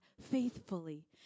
faithfully